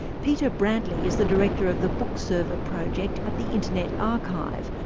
peter brantley is the director of the book server project at the internet archive,